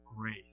grace